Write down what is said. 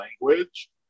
language